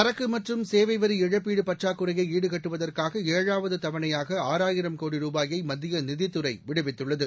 சரக்கு மற்றும் சேவை வரி இழப்பீடு பற்றாக்குறையை ஈடுகட்டுவதற்காக ஏழாவது தவணையாக ஆறாயிரம் கோடி ரூபாயை மத்திய நிதித்துறை விடுவித்துள்ளது